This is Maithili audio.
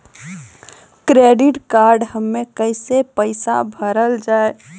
क्रेडिट कार्ड हम्मे कैसे पैसा भरल जाए?